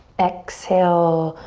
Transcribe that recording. exhale,